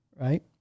right